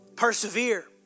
Persevere